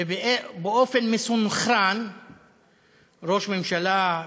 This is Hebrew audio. ובאופן מסונכרן ראש הממשלה,